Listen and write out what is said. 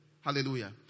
Hallelujah